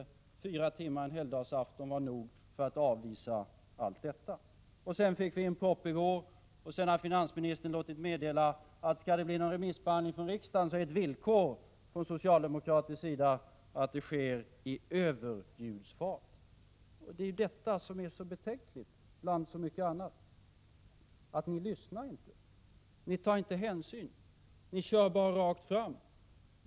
Fyra timmar en helgdagsafton var nog för att avvisa allt detta. Vi fick en proposition i går. Sedan har finansministern låtit meddela att om det skall bli någon remissbehandling i riksdagen är ett villkor från socialdemokratisk sida att denna sker i överljudsfart. Det är detta som, bland mycket annat, är så betänkligt. Ni lyssnar inte. Ni tar inte hänsyn. Ni kör bara rakt fram.